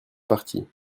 partie